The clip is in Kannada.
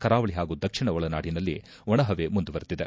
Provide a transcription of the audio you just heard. ಕರಾವಳಿ ಹಾಗೂ ದಕ್ಷಿಣ ಒಳನಾಡಿನಲ್ಲಿ ಒಣ ಪವೆ ಮುಂದುವರಿದಿದೆ